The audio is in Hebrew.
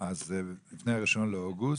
לפני ה-1 באוגוסט?